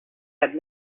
had